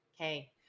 Okay